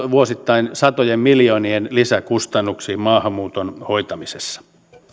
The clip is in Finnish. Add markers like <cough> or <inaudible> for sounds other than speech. <unintelligible> vuosittain satojen miljoonien lisäkustannuksiin maahanmuuton hoitamisessa